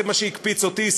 וזה מה שהקפיץ אותי,